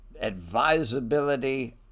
advisability